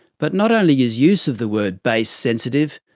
but not only is use of the word base sensitive,